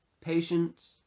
patience